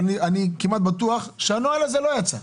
אבל אני כמעט בטוח שהנוהל הזה לא יצא.